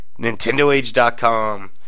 NintendoAge.com